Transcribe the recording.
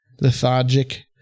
lethargic